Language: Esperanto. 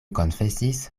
konfesis